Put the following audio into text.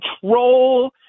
control